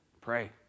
Pray